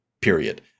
period